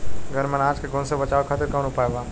घर में अनाज के घुन से बचावे खातिर कवन उपाय बा?